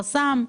חסם.